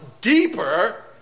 deeper